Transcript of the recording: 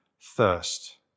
thirst